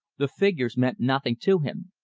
the figures meant nothing to him.